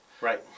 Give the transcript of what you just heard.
right